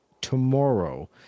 tomorrow